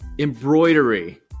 embroidery